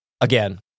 again